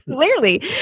Clearly